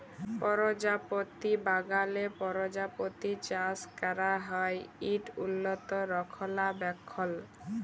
পরজাপতি বাগালে পরজাপতি চাষ ক্যরা হ্যয় ইট উল্লত রখলাবেখল